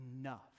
enough